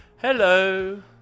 Hello